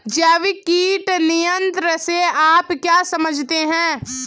जैविक कीट नियंत्रण से आप क्या समझते हैं?